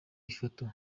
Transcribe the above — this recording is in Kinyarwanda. ifoto